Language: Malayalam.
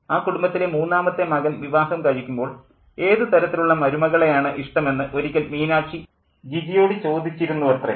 ആ കുടുംബത്തിലെ മൂന്നാമത്തെ മകൻ വിവാഹം കഴിക്കുമ്പോൾ ഏതുതരത്തിലുള്ള മരുമകളെയാണ് ഇഷ്ടമെന്ന് ഒരിക്കൽ മീനാക്ഷി ജിജിയോട് ചോദിച്ചിരുന്നുവത്രേ